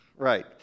Right